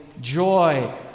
joy